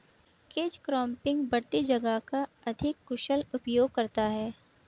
catch cropping बढ़ती जगह का अधिक कुशल उपयोग करता है